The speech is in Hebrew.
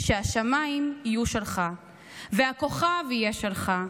שהשמיים יהיו שלך / והכוכב יהיה שלך.